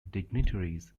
dignitaries